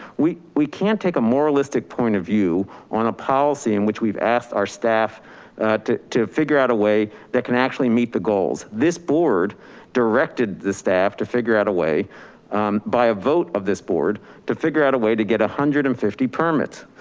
we we can't take a moralistic point of view on a policy in which we've asked our staff to to figure out a way that can actually meet the goals. this board directed the staff to figure out a way by a vote of this board to figure out a way to get one hundred and fifty permits.